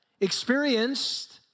experienced